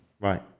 Right